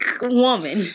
woman